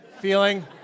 feeling